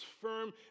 firm